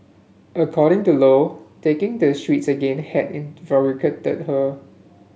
according to Lo taking to the streets again had invigorated her